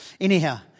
Anyhow